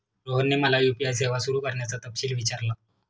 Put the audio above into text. रोहनने मला यू.पी.आय सेवा सुरू करण्याचा तपशील विचारला